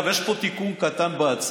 דרך אגב, יש פה תיקון קטן בהצעה,